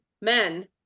men